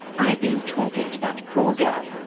ive been talking to that poor girl.